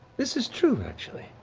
this is true, actually.